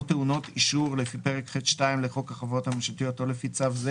או טעונות אישור לפי פרק ח'2 לחוק החברות הממשלתיות או לפי צו זה,